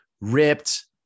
ripped